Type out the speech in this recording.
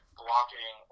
blocking